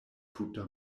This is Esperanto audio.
tuta